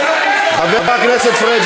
חבר הכנסת פריג',